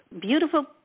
beautiful